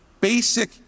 basic